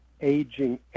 aging